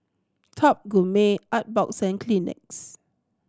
Top Gourmet Artbox and Kleenex